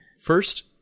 First